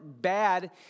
bad